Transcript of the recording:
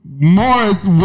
Morris